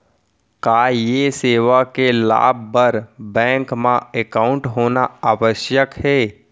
का ये सेवा के लाभ बर बैंक मा एकाउंट होना आवश्यक हे